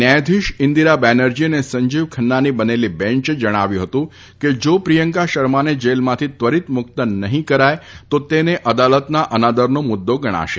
ન્યાયાધીશ ઇન્દ્રીરા બેનરજી અને સંજીવ ખન્નાની બનેલી બેન્ચે જણાવ્યું હતું કે જો પ્રિયંકા શર્માને જેલમાંથી ત્વરીત મુક્ત નહીં કરાય તો તેને અદાલતના અનાદરનો મુદ્દો ગણાશે